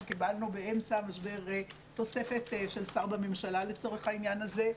אנחנו קיבלנו באמצע המשבר תוספת של שר בממשלה לצורך העניין הזה,